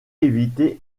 éviter